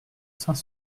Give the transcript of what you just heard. saint